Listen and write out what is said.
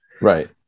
Right